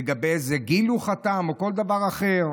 לגבי איזה גיל הוא חתם או כל דבר אחר.